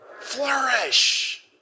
flourish